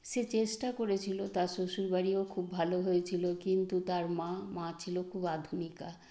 সে চেষ্টা করেছিলো তার শ্বশুর বাড়িও খুব ভালো হয়েছিলো কিন্তু তার মা মা ছিলো খুব আধুনিকা